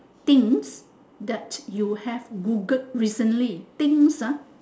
things that you have googled recently things ah